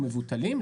הם מבוטלים,